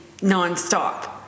nonstop